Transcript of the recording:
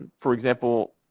for example,